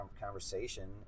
conversation